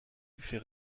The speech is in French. fait